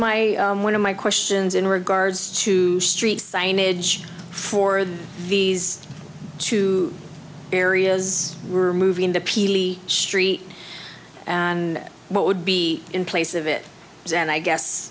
my one of my questions in regards to street signage for these two areas were moving the pili street and what would be in place of it and i guess